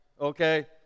okay